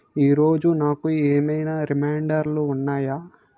ఈరోజు నాకు ఏమైనా రిమాండర్లు ఉన్నాయా